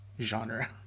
genre